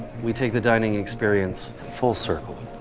we take the dining experience full circle.